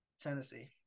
Tennessee